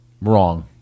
wrong